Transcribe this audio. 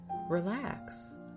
relax